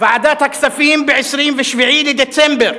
ועדת הכספים ב-27 בדצמבר,